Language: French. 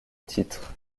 titre